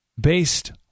Based